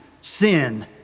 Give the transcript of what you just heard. sin